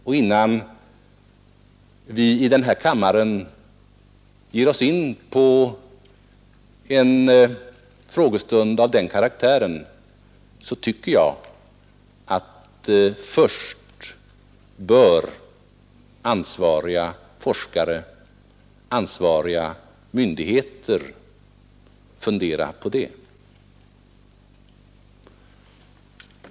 Och jag tycker att innan vi ger oss in på en frågestund av den karaktären här i kammaren bör ansvariga forskare och myndigheter först få fundera på den frågan.